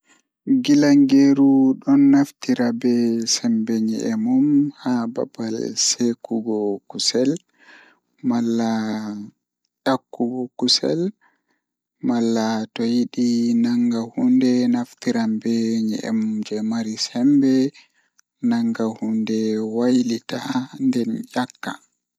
Njiddere sabu to cut walla scrape ngal, kadi holla. Waawataa njiddaade bandage ngam fittaade sabu so tawii nafoore ngal e ɓuri. Njiddaade care, waawataa sabu heɓa nder so tawii njiddaade ko safu.